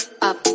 up